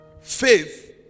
faith